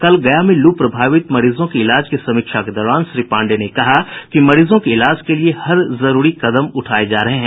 कल गया में लू प्रभावित मरीजों की इलाज की समीक्षा के दौरान श्री पांडेय ने कहा कि मरीजों के इलाज के लिए हर जरूरी कदम उठाये जा रहे हैं